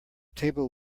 table